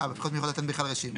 אה בבחירות מיוחדות אין רשימה?